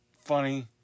Funny